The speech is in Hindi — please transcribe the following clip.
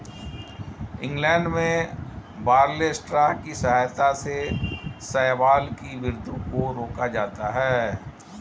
इंग्लैंड में बारले स्ट्रा की सहायता से शैवाल की वृद्धि को रोका जाता है